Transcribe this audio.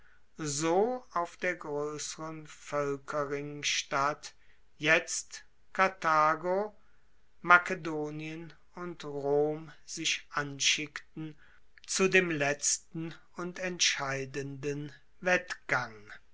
so auf der groesseren voelkerringstatt jetzt karthago makedonien und rom sich anschickten zu dem letzten und entscheidenden